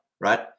right